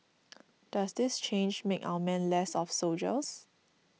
does this change make our men less of soldiers